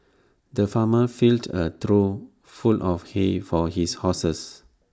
the farmer filled A trough full of hay for his horses